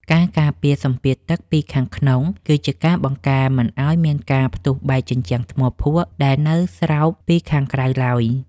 ការការពារសម្ពាធទឹកពីខាងក្នុងគឺជាការបង្ការមិនឱ្យមានការផ្ទុះបែកជញ្ជាំងថ្មភក់ដែលនៅស្រោបពីខាងក្រៅឡើយ។